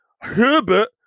Herbert